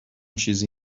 چیزی